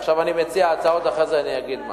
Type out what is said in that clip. עכשיו אני מציע הצעות ואחרי זה אני אגיד מה.